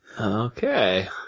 Okay